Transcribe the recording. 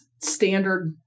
standard